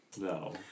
no